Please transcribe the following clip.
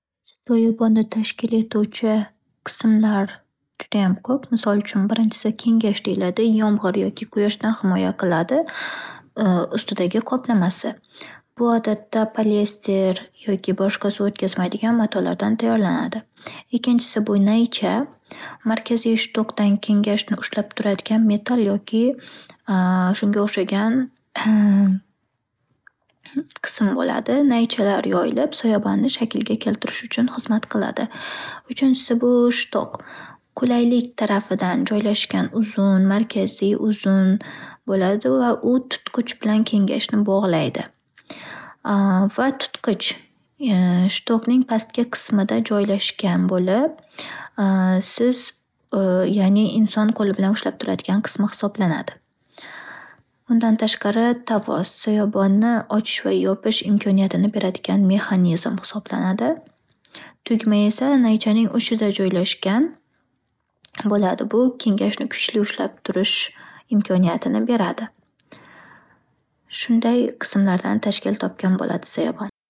Soyabonni tashkil etuvchi qismlar judayam ko'p. Misol uchun, birinchisi-kengash deyiladi, yomg'ir yoki quyoshdan ximoya qiladi ustidagi qoplamasi. Bu odatda polester yoki boshqa suv o'tkazmaydigan matolardan tayyorlanadi. Ikkinchisi bu-naycha, markaziy shtukdan kengashni ushlab turadigan metal yoki shunga o'xshagan qism bo'ladi. Naychalar yoyilib, soyabonni shaklga keltirish uchun xizmat qiladi. Uchunchisi bu - shtok, qulaylik tarafidan joylashgan uzun, markaziy uzun bo'ladi va u tutqich bilan kengashni bog'laydi. Va tutqich shtokning pastki qismida joylashgan bo'lib, siz ya'ni inson qo'li bilan ushlab turadigan qismi hisoblanadi. Bundan tashqari, tavos-soyabonni ochish va yopish imkoniyatini beradigan mexanizm hisoblanadi. Tugma esa naychaning uchida joylashgan bo'ladi. Bu kengashni kuchli ushlab turish imkoniyatini beradi. Shunday qismlardan tashkil topgan bo'ladi soyabon.